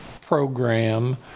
program